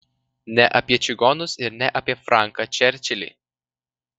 ne apie čigonus ir ne apie franką čerčilį